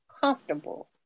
comfortable